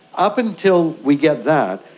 up until we get that,